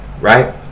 Right